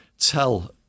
tell